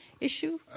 issue